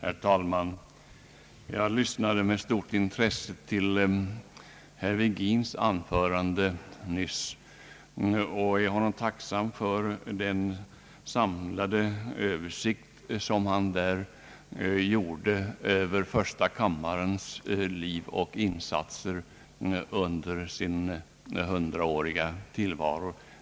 Herr talman! Jag lyssnade med stort intresse till herr Virgins anförande nyss, och jag är honom tacksam för den samlade översikt som han gav över första kammarens liv och insatser under dess 100-åriga tillvaro.